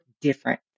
different